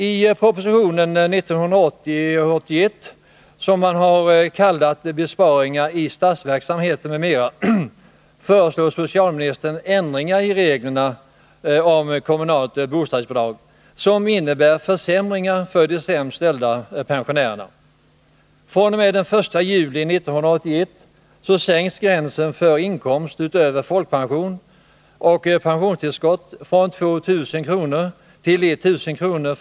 I propositionen 1980/81:20, som man har kallat Besparingar i statsverksamheten, m.m., föreslår socialministern ändringar i reglerna för kommunalt bostadsbidrag som innebär försämringar för de sämst ställda pensionärerna. fr.o.m. den 1 juli 1981 sänks gränsen för inkomst utöver folkpension, och pensionstillskott från 2 000 kr. till 1000 kr.